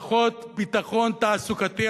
פחות ביטחון תעסוקתי,